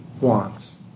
wants